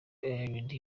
eyed